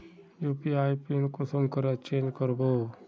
UPI PIN कुंसम करे change करबो?